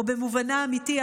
או במובנה האמיתי,